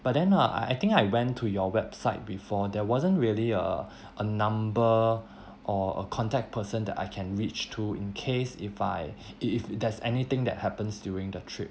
but then ah I think I went to your website before there wasn't really a a number or a contact person that I can reach through in case if I if if there's anything that happens during the trip